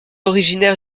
originaire